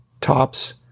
Tops